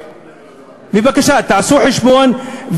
בבקשה, תעשו חשבון.